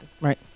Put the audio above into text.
right